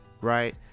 right